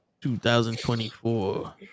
2024